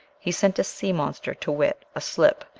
he sent a sea-monster, to wit, a slip,